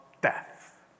death